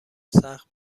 سخت